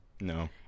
No